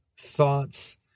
thoughts